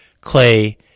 Clay